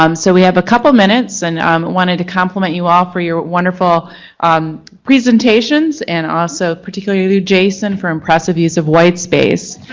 um so we have a couple minutes and i um wanted to compliment you all for your wonderful um presentations and also particularly jason for impressive use of white space.